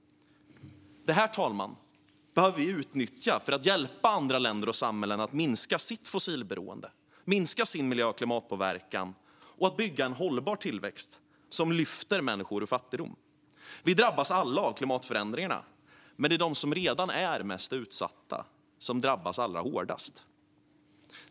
Detta, fru talman, behöver vi utnyttja för att hjälpa andra länder och samhällen att minska sitt fossilberoende, minska sin miljö och klimatpåverkan och bygga en hållbar tillväxt som lyfter människor ur fattigdom. Vi drabbas alla av klimatförändringarna, men det är de som redan är mest utsatta som drabbas allra hårdast.